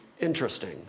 interesting